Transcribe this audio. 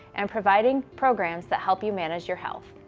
and providing programs that help you manage your health.